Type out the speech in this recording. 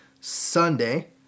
Sunday